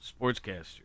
Sportscaster